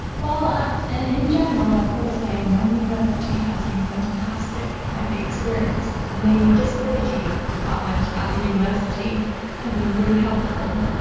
well in general i've got to say my university has been fantastic, like the experience. the disability department at the university have been really helpful.